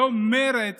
היום מרצ